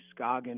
Scoggin